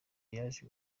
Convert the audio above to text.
yaje